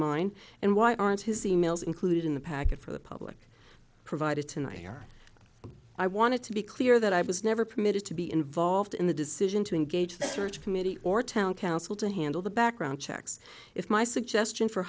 mine and why aren't his emails included in the packet for the public provided tonight here i wanted to be clear that i was never permitted to be involved in the decision to engage the church committee or town council to handle the background checks if my suggestion for